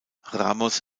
ramos